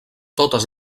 totes